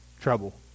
trouble